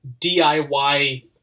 diy